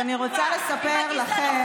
אז אני רוצה לספר לכם